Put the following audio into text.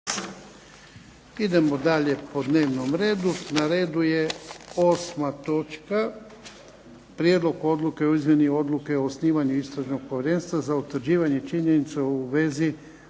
Idemo dalje po dnevnom redu. Na redu je 8. točka –- Prijedlog Odluke o izmjeni Odluke o osnivanju Istražnog povjerenstva za utvrđivanje činjenica u vezi